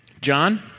John